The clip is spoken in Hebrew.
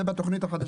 זה בתכנית החדשה.